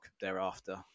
thereafter